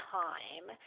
time